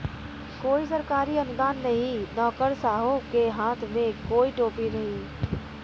कोई सरकारी अनुदान नहीं, नौकरशाहों के हाथ में कोई टोपी नहीं